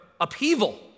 upheaval